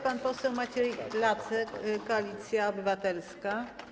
Pan poseł Maciej Lasek, Koalicja Obywatelska.